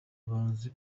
bazi